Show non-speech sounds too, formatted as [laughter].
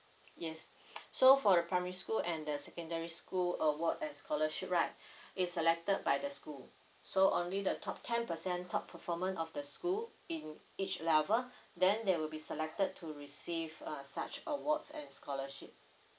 yes [noise] so for primary school and the secondary school award as scholarship right it's selected by the school so only the top ten percent top performance of the school in each level then they will be selected to receive uh such awards and scholarship